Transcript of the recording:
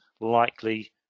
likely